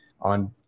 on